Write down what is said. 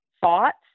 Thoughts